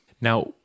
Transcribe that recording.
now